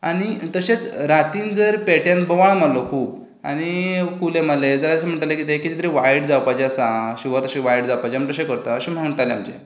आनी तशेंच रातीन जर पेट्यान बोवाळ मारलो खूब आनी कुले मारले जाल्यार अशें म्हणटालें कितें कितें तरी वायट जावपाचें आसा हां शुवर अशें वायट जावपाचें म्हण तशें करता अशें म्हणटाले आमचें